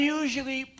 usually